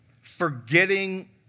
forgetting